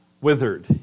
withered